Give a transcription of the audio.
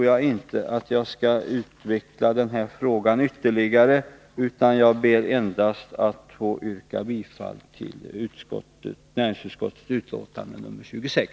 Jag skall inte utveckla den här frågan ytterligare, utan jag ber att få yrka bifall till hemställan i näringsutskottets betänkande nr 26.